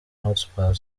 hotspur